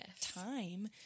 time